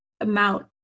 amount